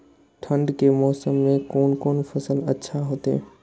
ठंड के मौसम में कोन कोन फसल अच्छा होते?